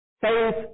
Faith